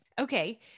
Okay